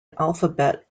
alphabet